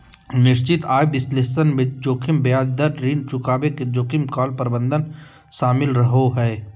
निश्चित आय विश्लेषण मे जोखिम ब्याज दर, ऋण चुकाबे के जोखिम, कॉल प्रावधान शामिल रहो हय